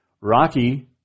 Rocky